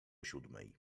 siódmej